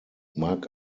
mag